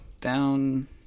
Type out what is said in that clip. down